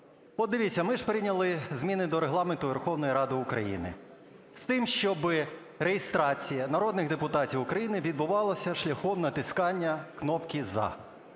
От дивіться, ми ж прийняли зміни до Регламенту Верховної Ради України з тим, щоб реєстрація народних депутатів України відбувалася шляхом натискання кнопки "за".